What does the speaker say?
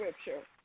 scripture